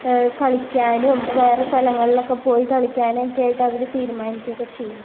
കളിക്കാനും വേറെ സ്ഥലങ്ങളിലൊക്കെ പോയി കളിക്കാനുമൊക്കെ ആയിട്ട് അവർ തീരുമാനിക്കുക ഒക്കെ ചെയ്യും